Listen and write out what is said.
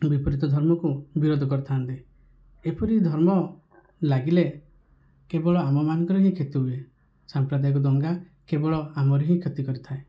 ବିପରୀତ ଧର୍ମକୁ ବିରୋଧ କରିଥାନ୍ତି ଏପରି ଧର୍ମ ଲାଗିଲେ କେବଳ ଆମମାନଙ୍କର ହିଁ କ୍ଷତି ହୁଏ ସାମ୍ପ୍ରଦାୟକ ଦଙ୍ଗା କେବଳ ଆମର ହିଁ କ୍ଷତି କରିଥାଏ